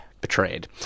Betrayed